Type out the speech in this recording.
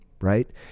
Right